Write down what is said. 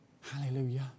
Hallelujah